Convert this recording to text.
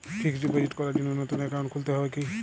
Fix deposit করার জন্য নতুন অ্যাকাউন্ট খুলতে হয় কী?